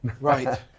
Right